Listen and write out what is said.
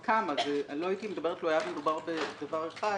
לא הייתי מדברת לו היה מדובר רק בדבר אחד